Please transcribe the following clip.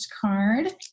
card